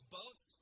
boats